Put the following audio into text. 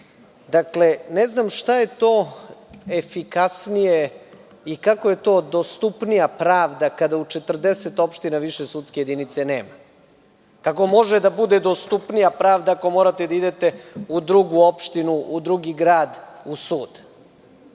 sudovi. Ne znam šta je to efikasnije i kako je to dostupnija pravda kada u 40 opština nema više sudskih jedinica. Kako može da bude dostupnija pravda ako morate da idete u drugu opštinu, u drugi grad u sud?